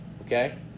okay